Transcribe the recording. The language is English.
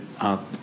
up